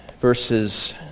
verses